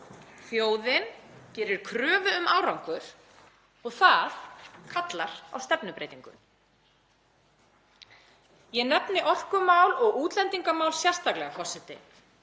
Þjóðin gerir kröfu um árangur og það kallar á stefnubreytingu. Ég nefni orkumál og útlendingamál sérstaklega, forseti,